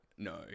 No